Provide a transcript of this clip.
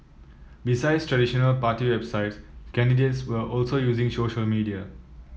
besides traditional party websites candidates were also using social media